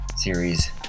series